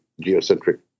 geocentric